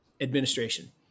administration